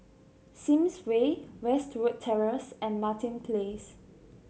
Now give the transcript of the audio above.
Sims Way Westwood Terrace and Martin Place